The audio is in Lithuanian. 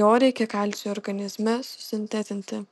jo reikia kalciui organizme susintetinti